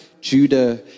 Judah